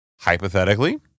hypothetically